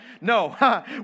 no